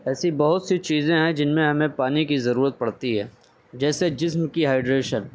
ایسی بہت سی چیزیں ہیں جن میں ہمیں پانی کی ضرورت پڑتی ہے جیسے جسم کی ہائڈریشر